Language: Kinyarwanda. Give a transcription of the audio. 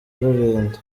rulindo